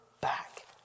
back